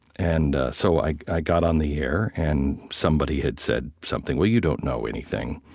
and so i i got on the air, and somebody had said something, well, you don't know anything,